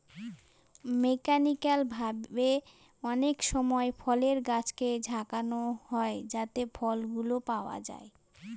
mechanical ভাবে অনেকসময় ফলের গাছকে ঝাঁকানো হয় যাতে ফলগুলো পাওয়া যায়